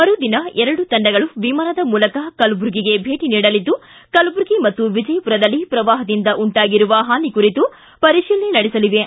ಮರುದಿನ ಎರಡು ತಂಡಗಳು ವಿಮಾನದ ಮೂಲಕ ಕಲಬುರ್ಗಿಗೆ ಭೇಟ ನೀಡಲಿದ್ದು ಕಲಬುರ್ಗಿ ಮತ್ತು ವಿಜಯಪುರದಲ್ಲಿ ಪ್ರವಾಹದಿಂದ ಉಂಟಾಗಿರುವ ಹಾನಿ ಕುರಿತು ಪರಿಶೀಲನೆ ನಡೆಸಲಿವೆ